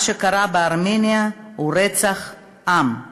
מה שקרה בארמניה הוא רצח עם.